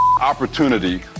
opportunity